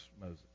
Moses